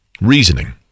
reasoning